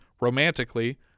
romantically